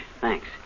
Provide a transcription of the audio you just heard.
Thanks